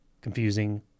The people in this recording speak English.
confusing